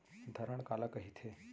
धरण काला कहिथे?